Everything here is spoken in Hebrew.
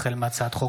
החל בהצעת חוק